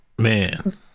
man